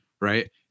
right